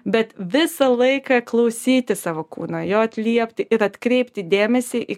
bet visą laiką klausytis savo kūno jo atliepti ir atkreipti dėmesį į